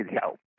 help